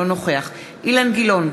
אינו נוכח אילן גילאון,